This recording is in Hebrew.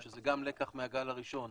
שזה גם לקח מהגל הראשון,